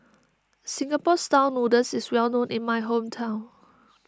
Singapore Style Noodles is well known in my hometown